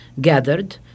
gathered